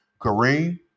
Kareem